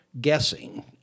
guessing